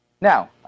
Now